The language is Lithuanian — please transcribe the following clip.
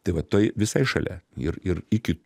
tai va tai visai šalia ir ir iki